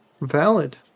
valid